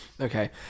Okay